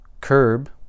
curb